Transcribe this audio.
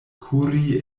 kuri